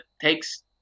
takes